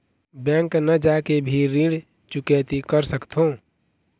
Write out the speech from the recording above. Bank न जाके भी ऋण चुकैती कर सकथों?